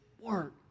work